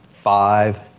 five